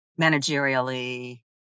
managerially